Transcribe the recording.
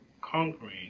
conquering